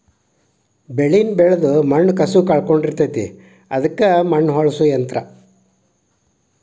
ಬೆಳಿನ ಬೆಳದ ಮಣ್ಣ ಕಸುವ ಕಳಕೊಳಡಿರತತಿ ಅದಕ್ಕ ಮಣ್ಣ ಹೊಳ್ಳಸು ಯಂತ್ರ